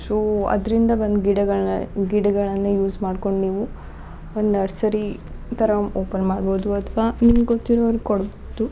so ಅದರಿಂದ ಒಂದು ಗಿಡಗಳನ್ನ ಗಿಡಗಳನ್ನು ಯೂಸ್ ಮಾಡ್ಕೊಂಡು ನೀವು ಒಂದು ನರ್ಸರಿ ಥರ ಓಪನ್ ಮಾಡ್ಬೋದು ಅಥ್ವಾ ನಿಮ್ಗೆ ಗೊತ್ತಿರೋರ್ಗೆ ಕೊಡ್ಬೋದು